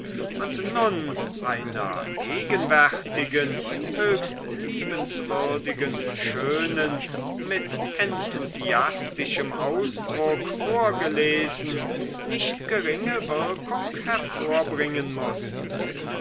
und nun einer gegenwärtigen höchst liebenswürdigen schönen mit enthusiastischem ausdruck vorgelesen nicht geringe wirkung hervorbringen mußten